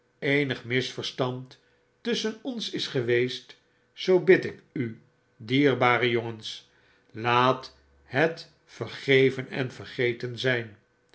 eenig misverstand tusschen ons is geweest zoo bid ik u dierbare jongens laat het verge ven en vergeten zflo